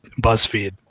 BuzzFeed